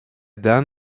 dan